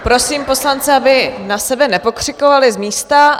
Prosím poslance, aby na sebe nepokřikovali z místa.